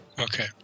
Okay